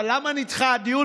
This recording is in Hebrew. אבל למה נדחה הדיון?